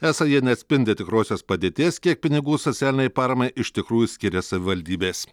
esą jie neatspindi tikrosios padėties kiek pinigų socialinei paramai iš tikrųjų skiria savivaldybės